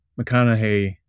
McConaughey